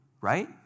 Right